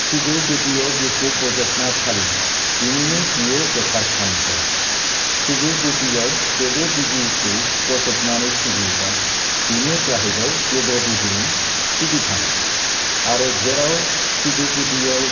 सिजौ गुदियाव जेखौ बजबना फालियो बिनिनो बियो गोथार थान जायो सिजौ गुदियाव देब' देबिखौ बजबनानै फुजियोब्ला बिनो जाहैबाय देब देबिनि सिबिथान आरो जेराव सिजौ गुदियाव